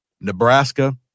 Nebraska